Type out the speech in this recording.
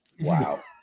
Wow